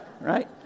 right